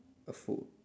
a food